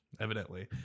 evidently